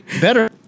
better